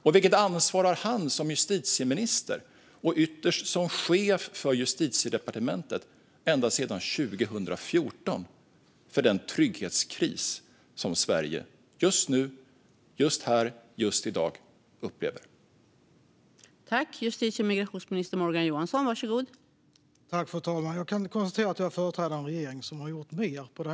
Och vilket ansvar har han som justitieminister, och ytterst som chef för Justitiedepartementet ända sedan 2014, för den trygghetskris som Sverige just nu, just här och just i dag upplever?